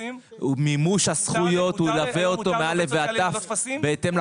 הם לא יעשו.